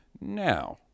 Now